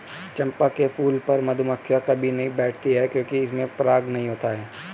चंपा के फूल पर मधुमक्खियां कभी नहीं बैठती हैं क्योंकि इसमें पराग नहीं होता है